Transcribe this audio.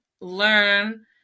learn